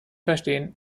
verstehen